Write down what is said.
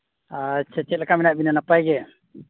ᱟᱪᱪᱷᱟ ᱪᱮᱫ ᱞᱮᱠᱟ ᱢᱮᱱᱟᱜ ᱵᱤᱱᱟ ᱱᱟᱯᱟᱭ ᱜᱮ